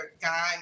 guy